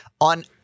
on –